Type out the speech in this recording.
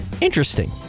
Interesting